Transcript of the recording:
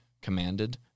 commanded